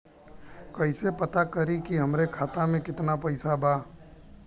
कइसे पता करि कि हमरे खाता मे कितना पैसा बा?